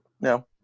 no